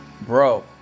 Bro